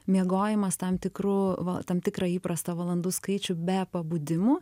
miegojimas tam tikru va tam tikrą įprastą valandų skaičių be pabudimų